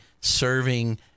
serving